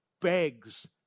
begs